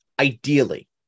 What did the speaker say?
Ideally